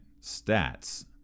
stats